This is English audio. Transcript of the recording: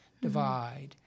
divide